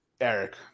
Eric